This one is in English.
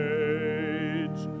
age